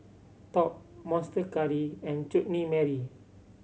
Top Monster Curry and Chutney Mary